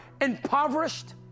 impoverished